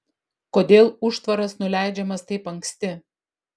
kodėl užtvaras nuleidžiamas taip anksti